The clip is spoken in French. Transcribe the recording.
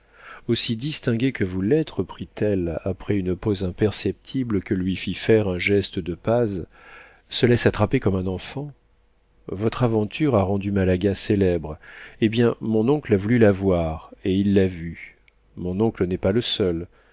aussi distingué que vous l'êtes reprit-elle après une pause imperceptible que lui fit faire un geste de paz se laisse attraper comme un enfant votre aventure a rendu malaga célèbre eh bien mon oncle a voulu la voir et il l'a vue mon oncle n'est pas le seul